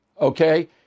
Okay